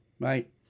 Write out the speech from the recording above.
right